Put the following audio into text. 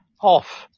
Off